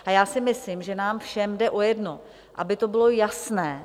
A já si myslím, že nám všem jde o jedno: aby to bylo jasné.